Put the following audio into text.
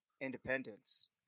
independence